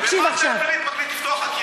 ומנדלבליט מחליט לפתוח חקירה.